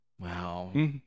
Wow